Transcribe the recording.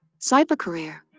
Cybercareer